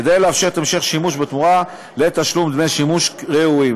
כדי לאפשר את המשך השימוש בתמורה לתשלום דמי שימוש ראויים.